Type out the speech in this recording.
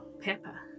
Pepper